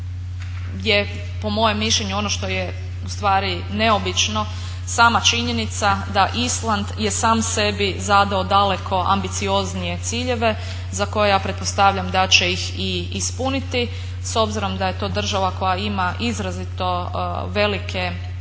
je po mojem mišljenju ono što je u stvari neobično sama činjenica da Island je sam sebi zadao daleko ambicioznije ciljeve za koje ja pretpostavljam da će ih i ispuniti s obzirom da je to država koja ima izrazito velike potencijale